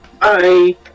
bye